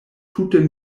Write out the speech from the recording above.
tute